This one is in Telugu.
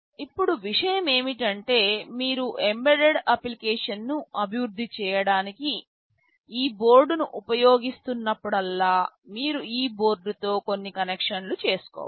ఇప్పుడు విషయం ఏమిటంటే మీరు ఎంబెడెడ్ అప్లికేషన్ ను అభివృద్ధి చేయడానికి ఈ బోర్డ్ను ఉపయోగిస్తున్నప్పుడల్లా మీరు ఈ బోర్డు తో కొన్ని కనెక్షన్లు చేసుకోవాలి